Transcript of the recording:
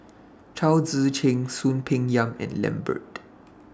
Chao Tzee Cheng Soon Peng Yam and Lambert